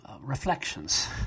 reflections